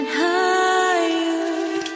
higher